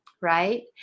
right